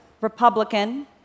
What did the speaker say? Republican